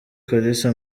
kalisa